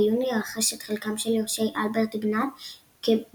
ביוני רכש את חלקם של יורשי אלברט גנאט בבעלות.